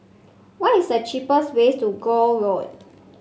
what is the cheapest way to Gul Road